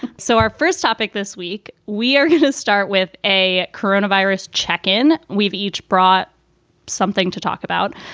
so our first topic this week, we are going to start with a coronavirus check in. we've each brought something to talk about.